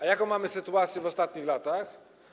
A jaką mamy sytuację w ostatnich latach?